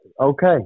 okay